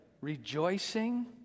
Rejoicing